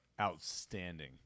outstanding